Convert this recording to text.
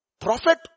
prophet